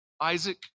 Isaac